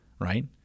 right